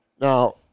Now